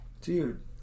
Dude